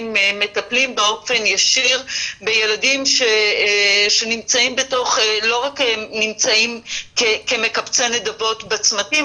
מטפלים באופן ישיר בילדים שלא רק נמצאים כמקבצי נדבות בצמתים,